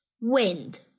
Wind